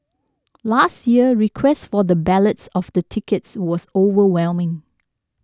last year request for the ballots of the tickets was overwhelming